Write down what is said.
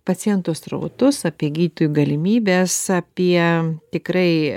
pacientų srautus apie gydytojų galimybes apie tikrai